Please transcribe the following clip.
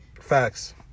Facts